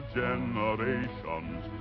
generations